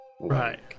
Right